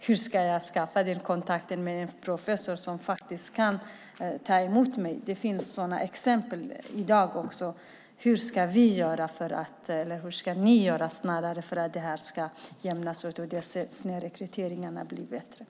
Hur ska jag skaffa den kontakten med en professor som kan ta emot mig? tänkte jag. Det finns sådana exempel i dag också. Hur ska vi, eller snarare ni, göra för att detta ska jämnas ut, så att det blir bättre med snedrekryteringen?